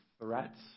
threats